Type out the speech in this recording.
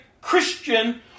Christian